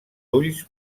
ulls